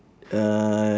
uh